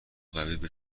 قوی